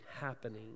happening